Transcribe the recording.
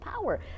power